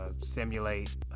simulate